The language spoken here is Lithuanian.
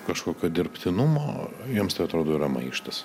kažkokio dirbtinumo jiems tai atrodo yra maištas